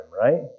right